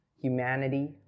humanity